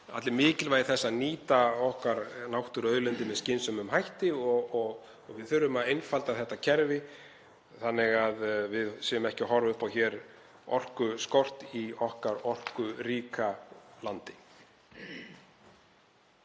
allir mikilvægi þess að nýta okkar náttúruauðlindir með skynsömum hætti og við þurfum að einfalda þetta kerfi þannig að við séum ekki að horfa upp á orkuskort í okkar orkuríka landi.